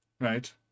Right